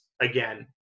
again